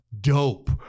dope